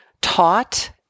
taught